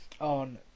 on